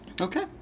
Okay